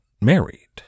married